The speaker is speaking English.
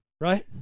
right